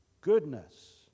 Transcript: Goodness